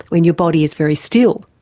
when your body is very still.